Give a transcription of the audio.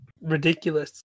ridiculous